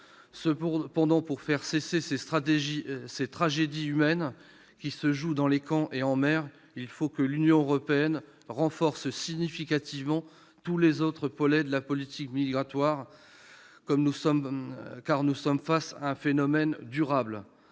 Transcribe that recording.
Cependant, pour faire cesser les tragédies humaines qui se jouent dans les camps et en mer, l'Union européenne doit renforcer significativement tous les autres volets de sa politique migratoire, car nous faisons face à un phénomène durable.